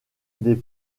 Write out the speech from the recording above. des